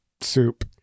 soup